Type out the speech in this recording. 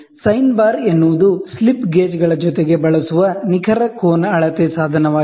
sign bar ಎನ್ನುವುದು slip ಗೇಜ್ಗಳ ಜೊತೆಗೆ ಬಳಸುವ ನಿಖರ ಕೋನ ಅಳತೆ ಸಾಧನವಾಗಿದೆ